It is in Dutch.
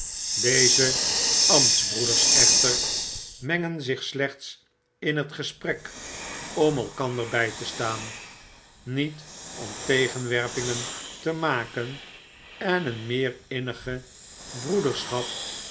deze ambtsbroeders echter mengen zich slechts in het gesprek om elkander bfl te staan niet om tegenwerpingen te maken en een meer innige broederschap